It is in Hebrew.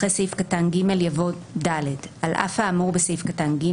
אחרי סעיף קטן (ג) יבוא: "(ד) על אף האמור בסעיף קטן (ג),